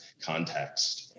context